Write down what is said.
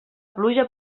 pluja